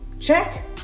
Check